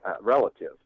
relative